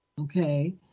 okay